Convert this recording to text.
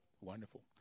Wonderful